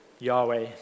Yahweh